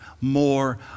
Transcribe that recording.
more